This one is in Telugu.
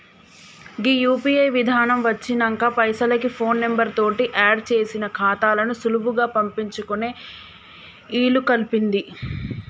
గీ యూ.పీ.ఐ విధానం వచ్చినంక పైసలకి ఫోన్ నెంబర్ తోటి ఆడ్ చేసిన ఖాతాలకు సులువుగా పంపించుకునే ఇలుకల్పింది